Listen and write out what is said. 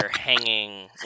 hanging